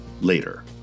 later